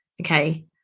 Okay